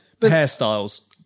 hairstyles